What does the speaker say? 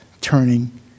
turning